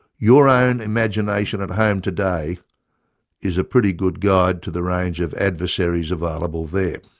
your own imagination at home today is a pretty good guide to the range of adversaries available there.